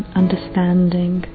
understanding